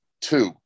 Two